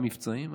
וגם מבצעיים.